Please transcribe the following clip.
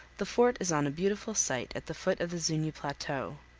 the fort is on a beautiful site at the foot of the zuni plateau.